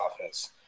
offense